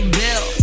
bill